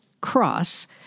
cross